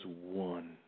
one